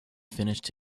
finished